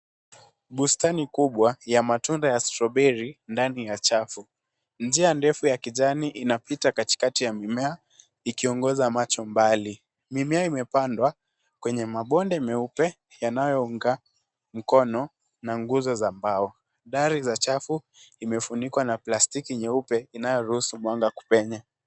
Bustani kubwa ya matunda ya (Strawberry) ndani ya chafu. Njia ndefu ya kijani inapita katikati ya mimea, ikiongoza macho mbali. Mimea imepandwa kwenye mabonde meupe yanayounga mkono na nguzo za mbao. Dari za chafu imefunikwa na plastiki nyeupe, inayoruhusu mwanga kupenya.